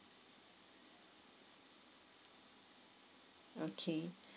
okay